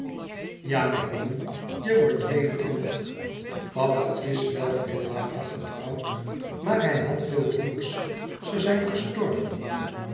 ja mijn jongen je wordt twee-en-twintig papa is wel veel later getrouwd maar hij had veel broêrs ze zijn gestorven